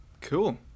Cool